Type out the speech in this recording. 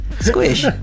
Squish